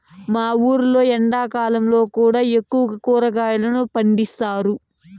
మా ఊర్లో ఎండాకాలంలో కూడా ఎక్కువగా కూరగాయలు పండిస్తారు